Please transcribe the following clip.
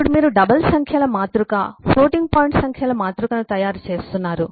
ఇప్పుడు మీరు డబుల్ సంఖ్యల మాతృక ఫ్లోటింగ్ పాయింట్ సంఖ్యల మాతృకను తయారు చేస్తున్నారు